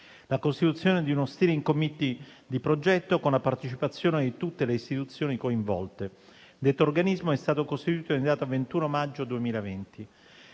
la costituzione di uno *steering committee* di progetto, con la partecipazione di tutte le istituzioni coinvolte (detto organismo è stato costituito in data 21 maggio 2020);